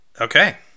Okay